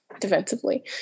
defensively